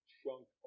chunk